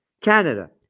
Canada